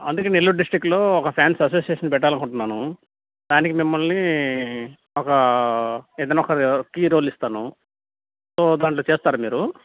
అందుకే నెల్లూరు డిస్ట్రిక్ట్లో ఒక ఫ్యాన్స్ అసోసియేషన్ పెట్టాలనుకుంటున్నాను దానికి మిమ్మల్ని ఒక ఏదైనా ఒక కీ రోల్ ఇస్తాను సో దానిలో చేస్తారా మీరు